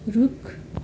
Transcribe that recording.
रुख